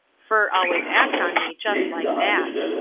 fur always acts on me just like that.